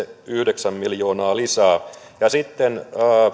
yhdeksän miljoonaa lisää ja sitten